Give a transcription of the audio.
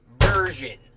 version